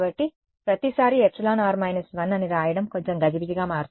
కాబట్టి ప్రతిసారీ εr 1 అని వ్రాయడం కొంచెం గజిబిజిగా మారుతుంది